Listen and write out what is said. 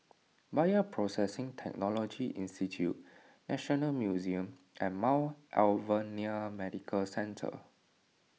Bioprocessing Technology Institute National Museum and Mount Alvernia Medical Centre